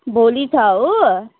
भोलि छ हो